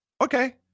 okay